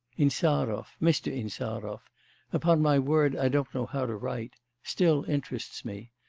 insarov, mr. insarov upon my word i don't know how to write still interests me,